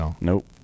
Nope